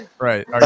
Right